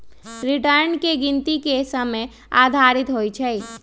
return की गिनति के समय आधारित होइ छइ